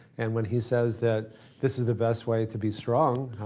and when he says that this is the best way to be strong,